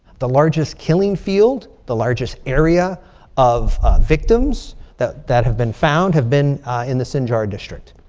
the largest killing field. the largest area of victims that that have been found have been in the sinjar district.